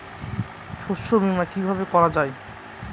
শস্য বীমা কিভাবে করা যায়?